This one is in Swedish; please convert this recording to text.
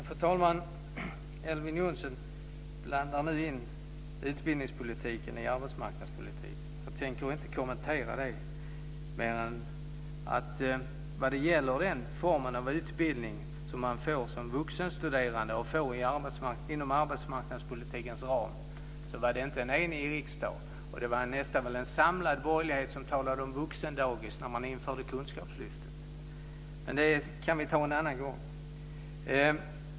Fru talman! Elver Jonsson blandar nu in utbildningspolitiken i arbetsmarknadspolitiken. Jag tänker inte kommentera det med mer än att säga en sak när det gäller den form av utbildning som man får som vuxenstuderande inom arbetsmarknadspolitikens ram. Det var inte en enig riksdag, och det var nästan en samlad borgerlighet som talade om vuxendagis när man införde Kunskapslyftet. Men det kan vi ta en annan gång.